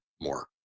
more